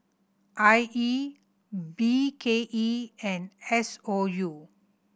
I E B K E and S O U